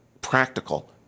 practical